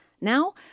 Now